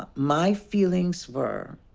ah my feelings were,